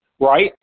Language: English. right